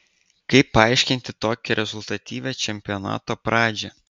kaip paaiškinti tokią rezultatyvią čempionato pradžią